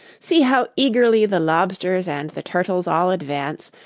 see how eagerly the lobsters and the turtles all advance!